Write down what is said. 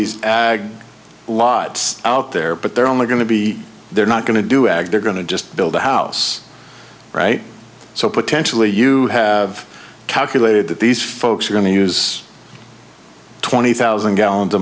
these lots out there but they're only going to be they're not going to do ag they're going to just build a house right so potentially you have calculated that these folks are going to use twenty thousand gallons a